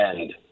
end